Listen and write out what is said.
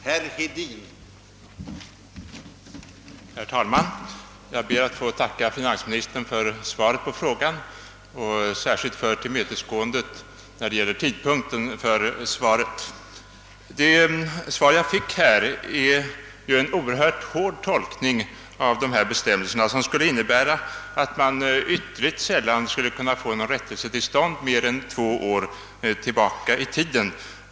Herr talman! Jag ber att få tacka finansministern för svaret på min fråga och särskilt för tillmötesgåendet i vad gäller tidpunkten för svaret. Svaret är en oerhört hård tolkning av bestämmelserna, som skulle innebära att man ytterligt sällan skulle kunna få rättelse till stånd mer än två år tillbaka i tiden.